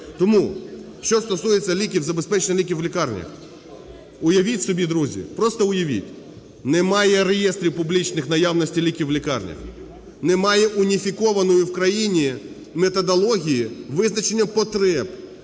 Тому, що стосується ліків, забезпечення ліків в лікарнях. Уявіть собі, друзі, просто уявіть, немає реєстрів публічних наявності ліків в лікарнях, немає уніфікованої в країні методології визначення потреб